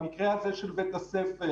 במקרה הזה של בית הספר,